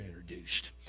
introduced